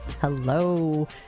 Hello